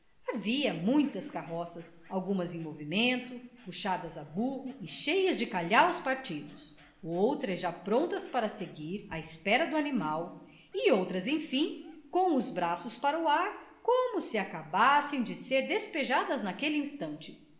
havia muitas carroças algumas em movimento puxadas a burro e cheias de calhaus partidos outras já prontas para seguir à espera do animal e outras enfim com os braços para o ar como se acabassem de ser despejadas naquele instante